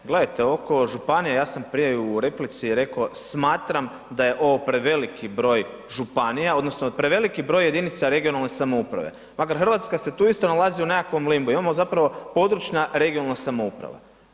Gledajte oko županija, ja sam prije i u replici reko smatram da je ovo preveliki broj županija, odnosno preveliki broj jedinica regionalne samouprave, makar Hrvatska se tu isto nalazi u nekakvom limbu imamo zapravo područna, regionalna samouprava.